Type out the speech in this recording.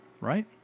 right